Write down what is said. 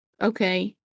okay